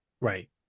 Right